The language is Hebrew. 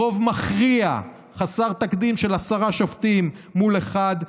ברוב מכריע חסר תקדים של עשרה שופטים מול אחד,